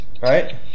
right